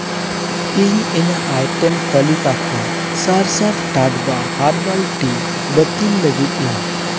ᱤᱧ ᱤᱧᱟᱹᱜ ᱟᱭᱴᱮᱢ ᱛᱟᱹᱞᱤᱠᱟ ᱠᱷᱚᱱ ᱥᱟᱨᱡᱟᱨ ᱴᱟᱨᱵᱷᱟ ᱦᱟᱨᱵᱟᱞ ᱴᱤ ᱵᱟᱹᱛᱤᱞ ᱞᱟᱹᱜᱤᱫ ᱤᱧ